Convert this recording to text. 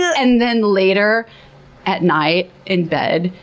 and then later at night in bed,